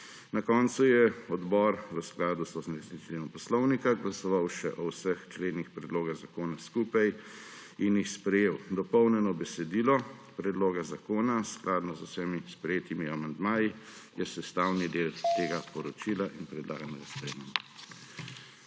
Na koncu je odbor v skladu s 128. členom Poslovnika glasoval še o vseh členih predloga zakona skupaj in jih sprejel. Dopolnjeno besedilo predloga zakona, skladno z vsemi sprejetimi amandmaji, je sestavni del tega poročila in predlagam, da ga sprejmemo.